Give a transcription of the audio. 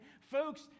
Folks